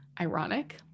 Ironic